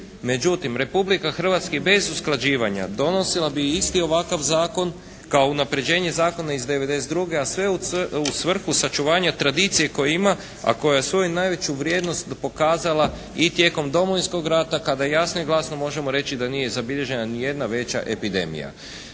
Međutim Republika Hrvatska i bez usklađivanja donosila bi isti ovakav Zakon kao unapređenje zakona iz '92., a sve u svrhu sačuvanja tradicije koju ima, a koja svoju najveću vrijednost pokazala i tijekom Domovinskog rata kada jasno i glasno možemo reći da nije zabilježena ni jedna veća epidemija.